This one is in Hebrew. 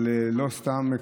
אבל לא סתם,